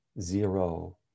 zero